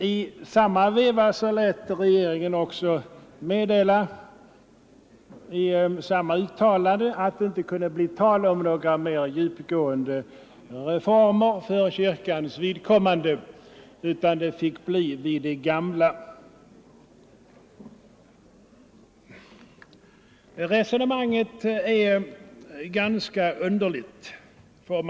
I samma uttalande lät regeringen också meddela, att det inte kunde bli tal om några mer djupgående reformer för kyrkans vidkommande, utan det fick bli vid det gamla. Resonemanget är ganska underligt.